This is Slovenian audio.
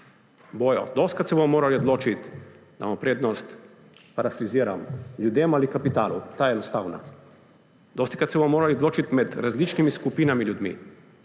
Bodo. Dostikrat se bomo morali odločiti, ali damo prednost, parafraziram, ljudem ali kapitalu. Ta je enostavna. Dostikrat se bomo morali odločiti med različnimi skupinami ljudmi,